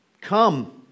Come